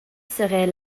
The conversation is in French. serait